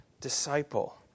disciple